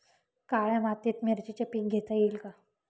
काळ्या मातीत मिरचीचे पीक घेता येईल का?